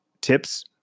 Tips